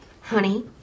Honey